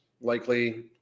likely